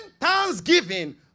thanksgiving